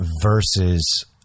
versus